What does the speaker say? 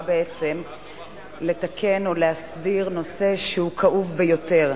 באה בעצם לתקן או להסדיר נושא כאוב ביותר,